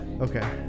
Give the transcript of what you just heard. Okay